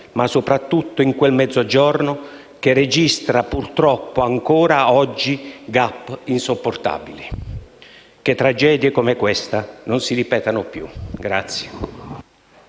soprattutto nel Mezzogiorno che registra purtroppo ancora oggi *gap* insopportabili. Che tragedie come questa non si ripetano più!